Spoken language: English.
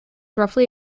roughly